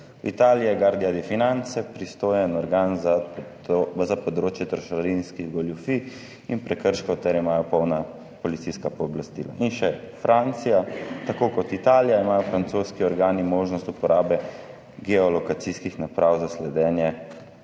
Italiji je Guardia di Finanza pristojen organ za področje trošarinskih goljufij in prekrškov ter imajo polna policijska pooblastila. In še Francija, tako kot v Italiji imajo francoski organi možnost uporabe geolokacijskih naprav za sledenje